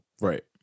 Right